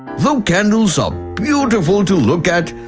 though candles are beautiful to look at,